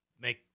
Make